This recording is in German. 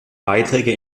beiträge